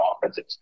offensive